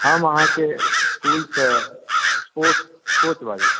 हम अहाँके स्कूल सँ स्पोर्ट्स कोच बाजै छी